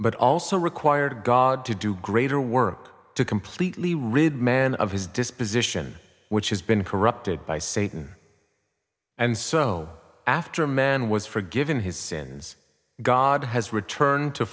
but also require god to do greater work to completely written man of his disposition which has been corrupted by satan and so after man was forgiven his sins god has returned to